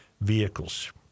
vehicles